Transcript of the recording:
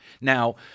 Now